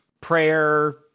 prayer